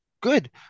Good